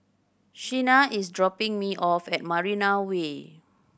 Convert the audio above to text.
Shenna is dropping me off at Marina Way